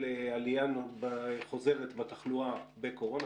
של עליה חוזרת בתחלואה בקורונה,